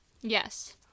Yes